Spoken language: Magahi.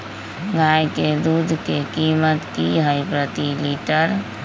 गाय के दूध के कीमत की हई प्रति लिटर?